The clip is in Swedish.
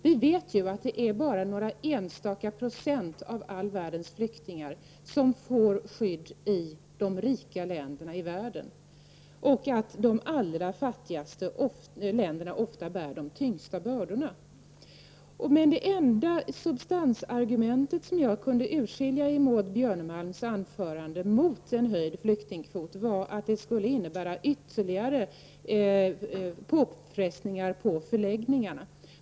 Vi vet ju att det är bara några enstaka procent av all världens flyktingar som får skydd i de rika länderna i världen. De allra fattigaste länderna bär oftast de tyngsta bördorna. Det enda argumentet med substans som jag kunde urskilja i Maud Björnemalms anförande mot en höjd flyktingkvot var att det skulle innebära ytterligare påfrestningar på förläggningarna.